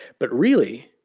but really,